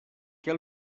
què